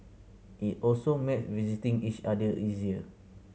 it also make visiting each other easier